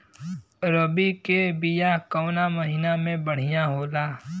रबी के बिया कवना महीना मे बढ़ियां होला?